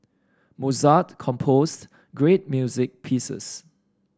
Mozart composed great music pieces